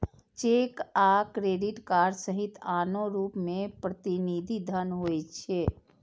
cheque आ credit card सहित आनो रूप मे प्रतिनिधि धन होइ छै